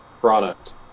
product